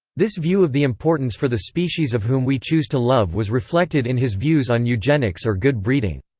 this view of the importance for the species of whom we choose to love was reflected in his views on eugenics or good breeding.